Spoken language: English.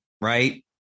right